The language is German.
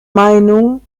meinung